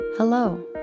Hello